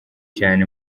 cyane